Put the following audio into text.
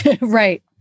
Right